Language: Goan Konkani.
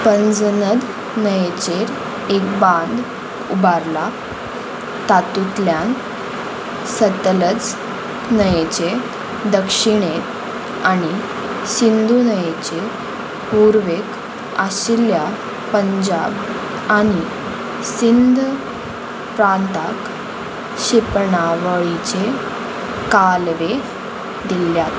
पंजनद न्हंयेचेर एक बांद उबारला तातूंतल्यान सतलज न्हंयेचें दक्षिणे आनी सिंधू न्हंयेचें पुर्वेक आशिल्ल्या पंजाब आनी सिंधप प्रांताक शिपणावळीचे कालवे दिल्ल्यात